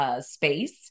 Space